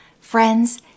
Friends